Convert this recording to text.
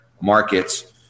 markets